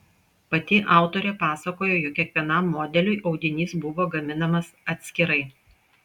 pati autorė pasakojo jog kiekvienam modeliui audinys buvo gaminamas atskirai